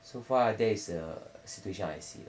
so far that is a situation I see